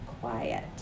Quiet